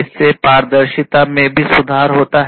इससे पारदर्शिता में भी सुधार होता है